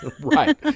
Right